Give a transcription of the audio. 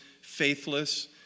Faithless